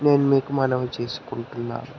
నేను మీకు మనవి చేసుకుంటున్నాను